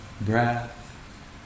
breath